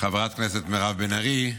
חברת הכנסת מירב בן ארי,